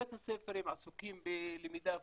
בבית הספר הם עסוקים בלמידה פרונטלית,